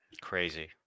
Crazy